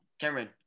Cameron